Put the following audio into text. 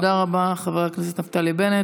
תודה רבה, חבר הכנסת נפתלי בנט.